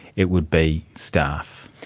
it would be staff.